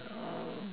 oh